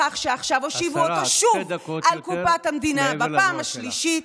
-- בכך שעכשיו הושיבו אותו שוב על קופת המדינה בפעם השלישית,